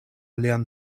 lian